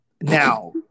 Now